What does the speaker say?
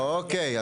אוקיי.